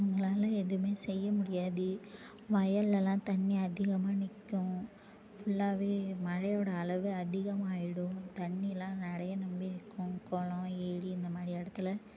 அவங்களால எதுவுமே செய்ய முடியாது வயல்லலாம் தண்ணி அதிகமாக நிற்கும் ஃபுல்லாகவே மழையோட அளவு அதிகமாகிடும் தண்ணிலாம் நிறைய ரொம்பி நிற்கும் கொளம் ஏரி இந்த மாதிரி இடத்துல